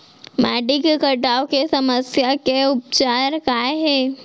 माटी के कटाव के समस्या के उपचार काय हे?